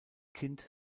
kind